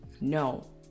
No